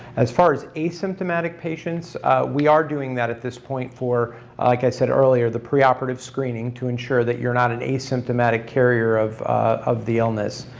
as far as asymptomatic patients we are doing that at this point for like i said earlier the preoperative screening to ensure that you're not an asymptomatic carrier of of the illness.